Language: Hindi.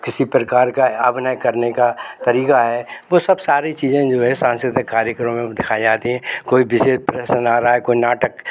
किसी प्रकार का अभिनय करने का तरीका है वह सब सारी चीज़ें जो है सांस्कृतिक कार्यकर्मो में दिखाए जाते हैं कोई विषय पर सुना रहा है कोई नाटक